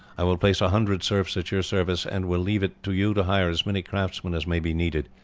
i will place a hundred serfs at your service, and will leave it to you to hire as many craftsmen as may be needed.